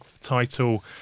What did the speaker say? title